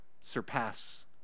surpass